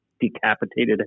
decapitated